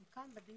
הם כאן בדיון.